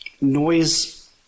noise